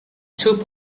two